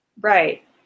right